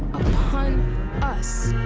upon us.